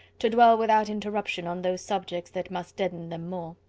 to dwell without interruption on those subjects that must deaden them more.